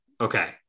Okay